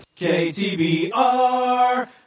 KTBR